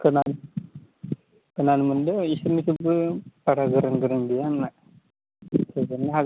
खोनानो खोनानो मोनदों इसोरनिखोबो बारा गोरों गोरों गैया होनना फेजेननो हागोन